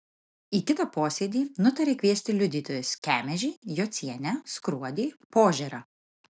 į kitą posėdį nutarė kviesti liudytojus kemežį jocienę skruodį požėrą